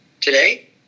today